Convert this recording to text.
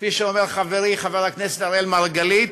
כפי שאומר חברי חבר הכנסת אראל מרגלית,